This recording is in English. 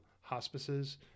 hospices